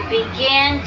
begin